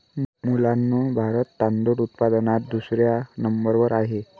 मुलांनो भारत तांदूळ उत्पादनात दुसऱ्या नंबर वर आहे